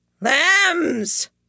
Lambs